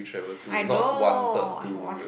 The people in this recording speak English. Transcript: I know